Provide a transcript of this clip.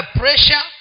pressure